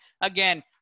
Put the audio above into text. again